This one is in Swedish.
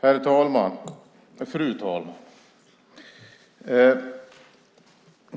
Fru talman!